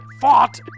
fought